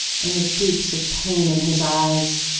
and the deeps of pain in his eyes!